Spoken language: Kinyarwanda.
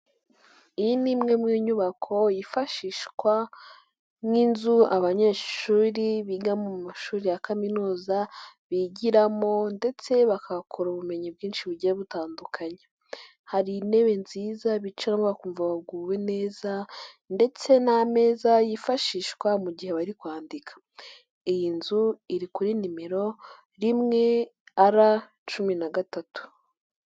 Iyi ni imwe mu nyubako yifashishwa nk'inzu abanyeshuri biga mu mashuri ya kaminuza bigiramo ndetse bakakora ubumenyi bwinshi bugiye butandukanyekanya. Hari intebe nziza bicamo bakumva baguwe neza ndetse n'amezaza yifashishwa mu gihe bari kwandika. Iyi nzu iri kuri nimero rimwe R cumi na gatatu.